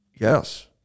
Yes